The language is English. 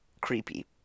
creepy